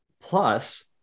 plus